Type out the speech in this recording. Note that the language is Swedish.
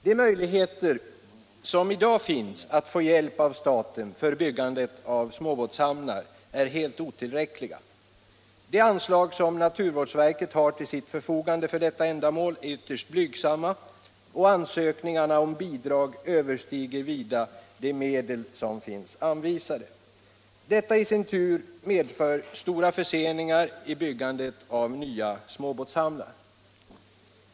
De möjligheter som i dag finns att få hjälp av staten för byggandet av småbåtshamnar är helt otillräckliga. De anslag som naturvårdsverket har till sitt förfogande för detta ändamål är ytterst blygsamma, och ansökningarna om bidrag överstiger vida de medel som finns anvisade. Detta i sin tur medför stora förseningar i byggandet av nya småbåtshamnar.